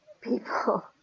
people